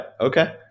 okay